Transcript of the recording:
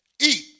eat